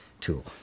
tool